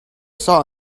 saw